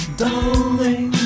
darling